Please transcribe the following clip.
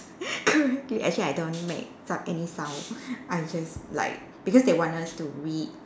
actually I don't make s~ any sound I'm just like because they want us to read